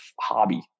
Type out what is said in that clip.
hobby